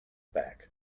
back